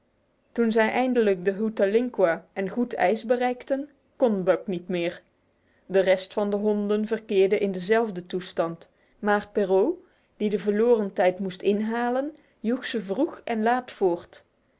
toen zij eindelijk de hootalinqua en goed ijs bereikten kon buck niet meer de rest van de honden verkeerde in dezelfde toestand maar perrault die de verloren tijd moest inhalen joeg hen vroeg en laat voort